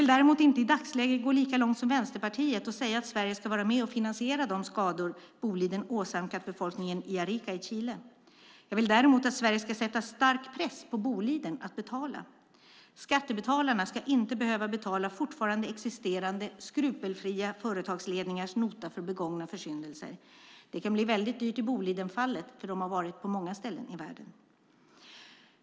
Däremot vill jag i dagsläget inte gå lika långt som Vänsterpartiet och säga att Sverige ska vara med och finansiera de skador Boliden åsamkat befolkningen i Arica i Chile. Jag vill dock att Sverige ska sätta stark press på Boliden att betala. Skattebetalarna ska inte behöva stå för ännu existerande skrupelfria företagsledningars nota för begångna försyndelser. Det skulle kunna bli dyrt när det gäller Boliden eftersom de varit på många ställen i världen.